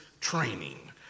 training